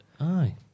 Aye